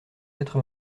quatre